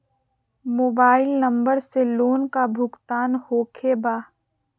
Mobile number से loan का भुगतान होखे बा?